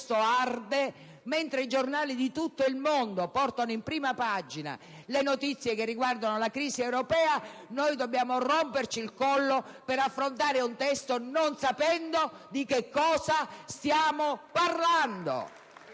questo arde, mentre i giornali di tutto il mondo portano in prima pagina le notizie che riguardano la crisi europea, noi dobbiamo romperci il collo per affrontare un testo non sapendo di che cosa stiamo parlando!